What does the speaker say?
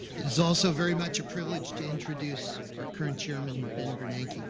is also very much a privilege to introduce our current chairman, ben bernanke.